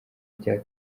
rya